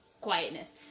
quietness